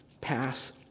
pass